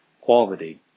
quality